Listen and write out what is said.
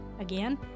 Again